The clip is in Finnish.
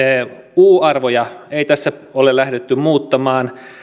puuarvoja ei tässä ole lähdetty muuttamaan